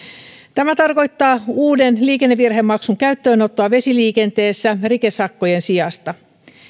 tämä tarkoittaa uuden liikennevirhemaksun käyttöönottoa vesiliikenteessä rikesakkojen sijasta